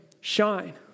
shine